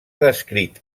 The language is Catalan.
descrit